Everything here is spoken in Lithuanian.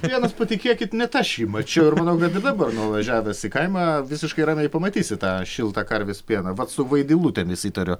pienas patikėkit net aš jį mačiau ir manau kad ir dabar nuvažiavęs į kaimą visiškai ramiai pamatysi tą šiltą karvės pieną vat su vaidilutėmis įtariu